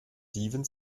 steven